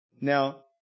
Now